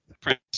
Prince